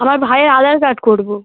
আমার ভাইয়ের আধার কার্ড করবো